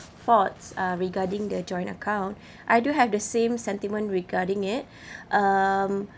faults uh regarding the joint account I do have the same sentiment regarding it um